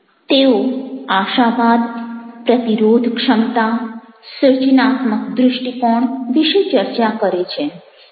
તેઓ આશાવાદ પ્રતિરોધ ક્ષમતા સર્જનાત્મક દૃષ્ટિકોણ વિશે ચર્ચા કરે છે